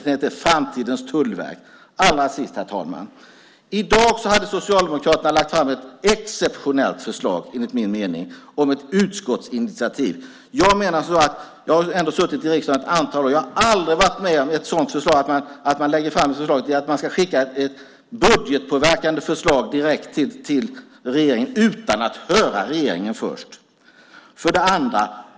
Den heter Framtidens tullverk . Allra sist, herr talman! I dag hade Socialdemokraterna lagt fram ett exceptionellt förslag, enligt min mening, om ett utskottsinitiativ. Jag har ändå suttit i riksdagen ett antal år. Jag har aldrig varit med om att man lägger fram ett sådant förslag, att man ska skicka ett budgetpåverkande förslag direkt till regeringen utan att höra regeringen först.